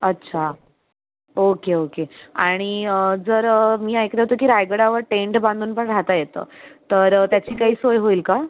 अच्छा okay okay आणि जर मी ऐकलं होतं की रायगडावर टेंट बांधून पण राहता येतं तर त्याची काही सोय होईल का